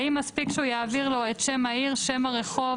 האם מספיק שהוא יעביר לו את שם העיר, שם הרחוב